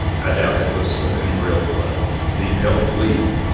i doubt that was any real deep-held belief.